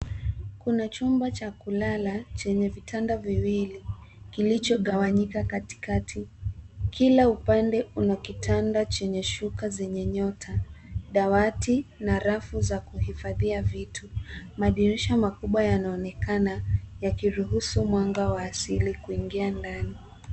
Kuna chumba cha kulala chenye vitanda viwili kilichogawanyika katikati. Kila upande una kitanda chenye shuka zenye nyota, dawati na rafu za kuhifadhia vitu. Madirisha makubwa yanaonekana yakiruhusu mwanga wa asili kuingia ndani.